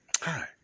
Hi